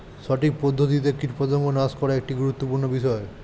সঠিক পদ্ধতিতে কীটপতঙ্গ নাশ করা একটি গুরুত্বপূর্ণ বিষয়